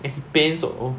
it paints or